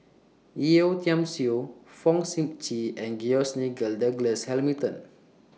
Yeo Tiam Siew Fong Sip Chee and George Nigel Douglas Hamilton